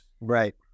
right